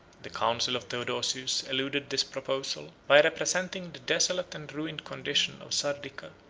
the council of theodosius eluded this proposal, by representing the desolate and ruined condition of sardica,